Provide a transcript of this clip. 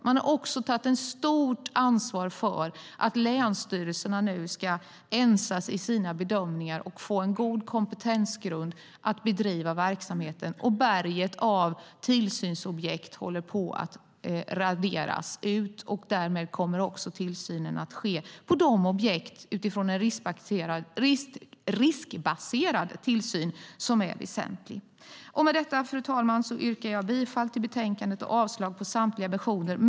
Man har också tagit ett stort ansvar för att länsstyrelserna nu ska ensa sina bedömningar och få en god kompetensgrund för att bedriva verksamheten. Berget av tillsynsobjekt håller på att raderas ut, och därmed kommer tillsynen att ske av objekt utifrån en riskbaserad tillsyn som är väsentlig. Med detta, fru talman, yrkar jag bifall till förslaget i betänkandet och avslag på samtliga motioner.